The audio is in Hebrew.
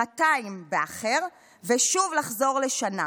שנתיים באחר ושוב לחזור לשנה?